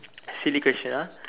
silly question ah